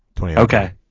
Okay